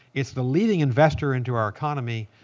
it's the leading investor into our economy.